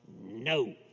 no